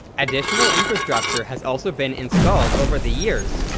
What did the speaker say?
additional infrastructure has also been installed over the years,